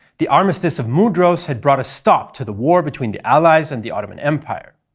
the armistice of mudros had brought a stop to the war between the allies and the ottoman empire.